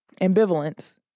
ambivalence